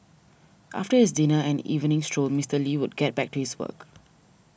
after his dinner and evening stroll Mister Lee would get back to his work